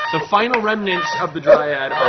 so final remnants of the dryad